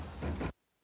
Hvala,